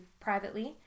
privately